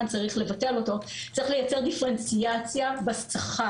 צריך לבטל אותו צריך לייצר דיפרנציאציה בשכר,